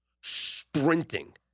sprinting